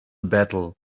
battle